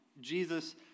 Jesus